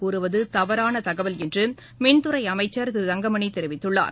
கூறுவது தவறான தகவல் என்று மின்துறை அமைச்சர் திரு தங்கமணி தெரிவித்துள்ளார்